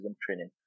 training